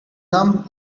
come